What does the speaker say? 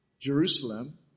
Jerusalem